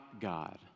God